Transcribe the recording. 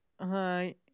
hi